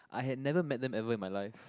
I had never met them ever in my life